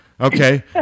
Okay